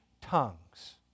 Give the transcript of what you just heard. tongues